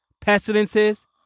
pestilences